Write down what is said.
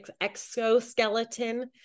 exoskeleton